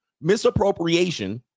misappropriation